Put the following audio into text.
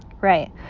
Right